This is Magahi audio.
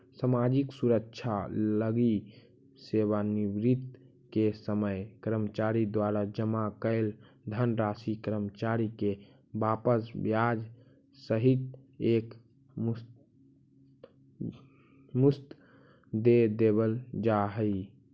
सामाजिक सुरक्षा लगी सेवानिवृत्ति के समय कर्मचारी द्वारा जमा कैल धनराशि कर्मचारी के वापस ब्याज सहित एक मुश्त दे देवल जाहई